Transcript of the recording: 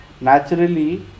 naturally